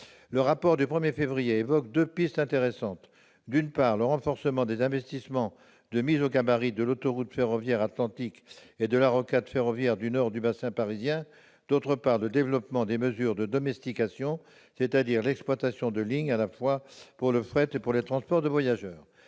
Le rapport du 1 février évoque deux pistes intéressantes : d'une part, le renforcement des investissements de mise au gabarit de l'autoroute ferroviaire atlantique et de la rocade ferroviaire du nord du bassin parisien ; d'autre part, le développement des mesures de domestication, c'est-à-dire l'exploitation de lignes à la fois pour le fret et pour le transport de voyageurs.